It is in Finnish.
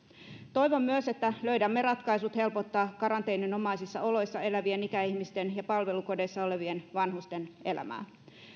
toivon myös että löydämme ratkaisut helpottaa karanteeninomaisissa oloissa elävien ikäihmisten ja palvelukodeissa olevien vanhusten elämää